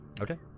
Okay